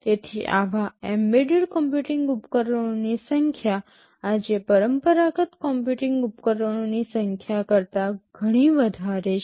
તેથી આવા embedded computing ઉપકરણોની સંખ્યા આજે પરંપરાગત કમ્પ્યુટિંગ ઉપકરણોની સંખ્યા કરતા ઘણી વધારે છે